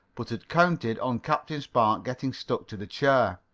but had counted on captain spark getting stuck to the chair.